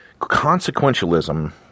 Consequentialism